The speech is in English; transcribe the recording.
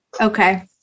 okay